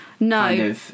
No